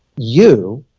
you,